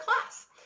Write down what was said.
class